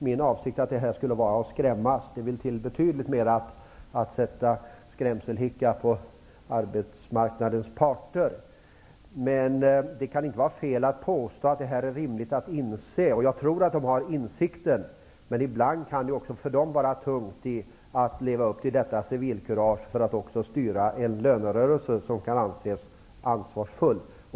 Min avsikt är naturligtvis inte att skrämma. Det krävs betydligt mer för att ge arbetsmarknadens parter skrämselhicka. Men det kan inte vara fel att påstå att det är rimligt att ha insikt. Jag tror att arbetsmarknadens parter har insikter, men ibland kan det också för dem vara tungt att leva upp till detta civilkurage för att också styra en lönerörelse som kan anses ansvarsfull.